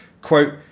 Quote